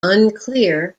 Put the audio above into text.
unclear